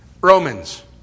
Romans